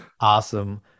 Awesome